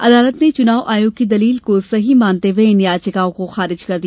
अदालत ने चुनाव आयोग की दलील को सही मोनते हुए इन याचिकाओं को खारिज कर दिया